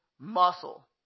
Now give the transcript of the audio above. muscle